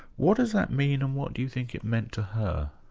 what does that mean, and what do you think it meant to her?